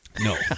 No